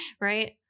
right